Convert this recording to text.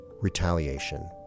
retaliation